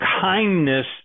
kindness